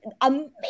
amazing